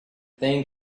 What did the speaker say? thing